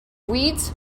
weeds